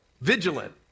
vigilant